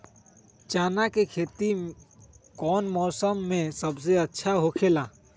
चाना के खेती कौन मौसम में सबसे अच्छा होखेला?